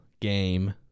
game